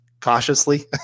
cautiously